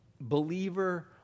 Believer